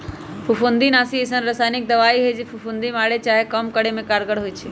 फफुन्दीनाशी अइसन्न रसायानिक दबाइ हइ जे फफुन्दी मारे चाहे कम करे में कारगर होइ छइ